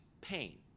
pain